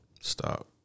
Stop